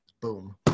Boom